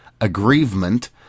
aggrievement